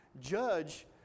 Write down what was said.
Judge